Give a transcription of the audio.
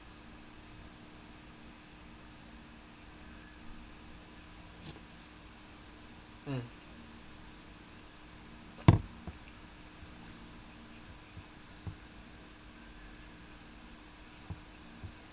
mm